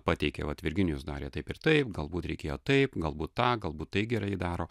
pateikė vat virginijus darė taip ir taip galbūt reikėjo taip galbūt tą galbūt tai gerai daro